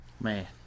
man